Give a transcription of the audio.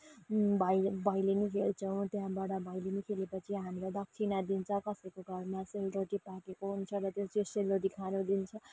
भैलेनी खेल्छौँ त्यहाँबाट भैलेनी खेलेपछि हामलाई दक्षिणा दिन्छ कसैको घरमा सेलरोटी पाकेको हुन्छ र त्यो सेलरोटी खान दिन्छ